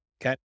Okay